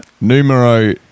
Numero